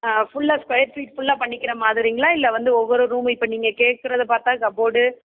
ஆ ஃபுல்லாக square feet ஃபுல்லாக பண்ணிக்கிற மாதிரிங்களா இல்லை வந்து ஒவ்வொரு ரூம்மு இப்போ நீங்கள் கேட்கறத பார்த்தா கப்போர்டு